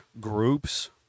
groups